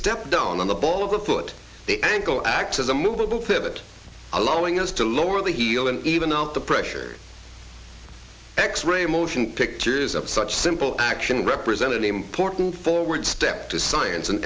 step down on the ball of the foot the ankle acts as a movable pivot allowing us to lower the heel and even up the pressure x ray motion pictures of such simple action represent an important forward step to science an